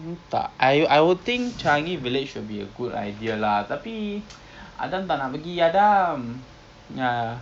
tak I will I will think changi village will be a good idea lah tapi adam tak nak pergi ah adam ya